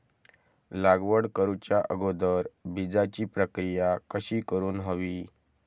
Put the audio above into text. लागवड करूच्या अगोदर बिजाची प्रकिया कशी करून हवी?